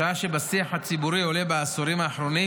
בשעה שבשיח הציבורי עולה בעשורים האחרונים